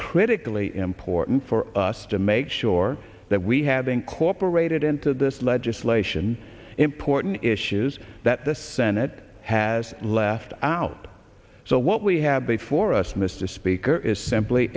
critically important for us to make sure that we have incorporated into this legislation important issues that the senate has left out so what we have before us mr speaker is simply